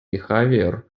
behavior